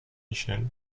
michel